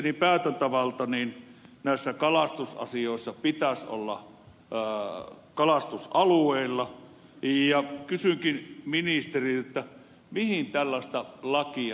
mielestäni päätäntävallan näissä kalastusasioissa pitäisi olla kalastusalueilla ja kysynkin ministeriltä mihin tällaista lakia tarvitaan